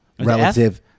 Relative